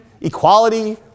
equality